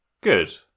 Good